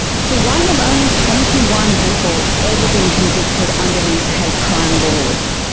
so why have only twenty one people ever been convicted under these hate crime laws?